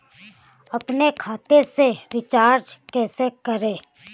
अपने खाते से रिचार्ज कैसे करें?